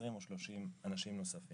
20 או 30 אנשים נוספים,